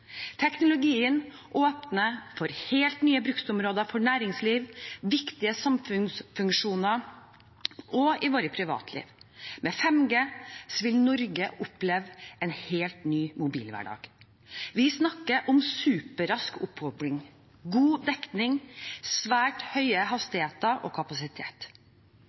Teknologien åpner for helt nye bruksområder for næringsliv og viktige samfunnsfunksjoner og i våre privatliv. Med 5G vil Norge oppleve en helt ny mobilhverdag. Vi snakker om superrask oppkobling, god dekning og svært høy hastighet og kapasitet.